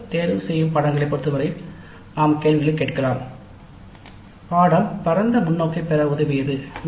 திறந்த தேர்தல்களைப் பொறுத்தவரை நாம் கேள்வியைக் கேட்கலாம் பாடநெறி பரந்த முன்னோக்கைப் பெற உதவியது